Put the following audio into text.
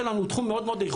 התחום שלנו הוא מאוד איכותי,